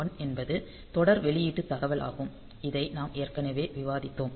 1 என்பது தொடர் வெளியீட்டு தகவல் ஆகும் இதை நாம் ஏற்கனவே விவாதித்தோம்